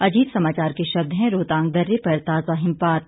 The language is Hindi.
अजीत समाचार के शब्द हैं रोहतांग दर्रे पर ताजा हिमपात